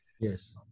Yes